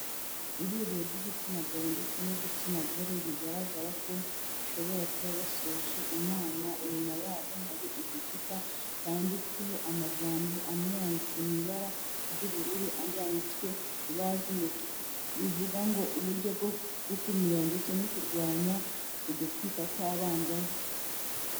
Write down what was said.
Ihuriro ry'igitsina gabo ndetse n'igitsina gore bigaragara ko bashobora kuba basoje inama, inyuma yabo hari igikuta cyanditseho amagambo amwe yanditse mu ibara ry'ubururu, andi yanditswe ibara ry'umutuku bivuga ngo uburyo bwo gukumira ndetse no kurwanya ugutwita kw'abangavu.